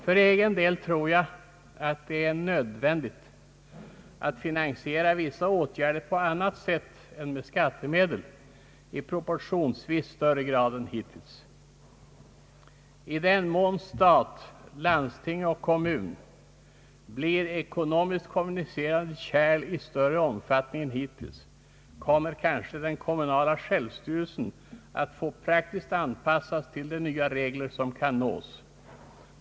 För egen del tror jag att det är nödvändigt a!t finansiera vissa åtgärder på annat sätt än med skattemedel i proportionsvis större grad än hittills. I den mån stat, landsting och kommun blir ekonomiskt kommunicerande kärl i större omfattning än hittills kommer kanske den kommunala självstyrelsen att praktiskt få anpassas till de nya regler som kan uppställas.